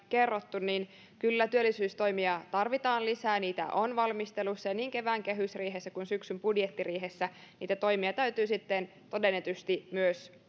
kerrottu niin kyllä työllisyystoimia tarvitaan lisää ja niitä on valmistelussa ja niin kevään kehysriihessä kuin syksyn budjettiriihessä niitä toimia täytyy sitten todennetusti myös